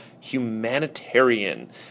humanitarian